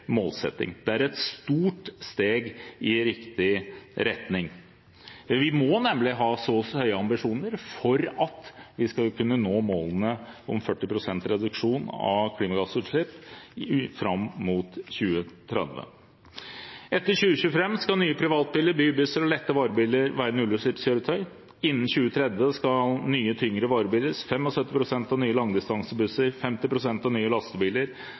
målsetting. Det er et stort steg i riktig retning. Vi må nemlig ha så høye ambisjoner for at vi skal kunne nå målene om 40 pst. reduksjon av klimagassutslipp fram mot 2030. Etter 2025 skal nye privatbiler, bybusser og lette varebiler være nullutslippskjøretøy. Innen 2030 skal nye tyngre varebiler, 75 pst. av nye langdistansebusser og 50 pst. av nye lastebiler